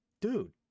dude